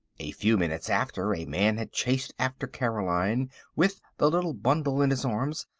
a few minutes after a man had chased after caroline with the little bundle in his arms.